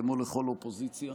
כמו לכל אופוזיציה.